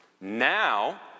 Now